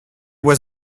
was